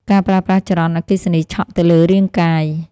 ការប្រើប្រាស់ចរន្តអគ្គិសនីឆក់ទៅលើរាងកាយ។